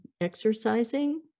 exercising